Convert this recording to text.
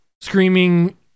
screaming